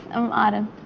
i'm autumn.